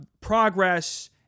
progress